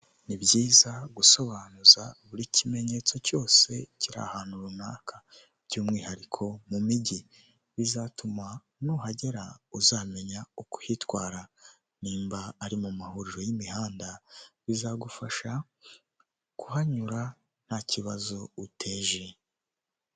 Ni byiza gusobanuza buri kimenyetso cyose kiri ahantu runaka by'umwihariko mu mijyi, bizatuma nuhagera uzamenya uko uhitwara, nimba ari mu mahuriro y'imihanda, bizagufasha kuhanyura nta kibazo uteje.